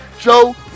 Joe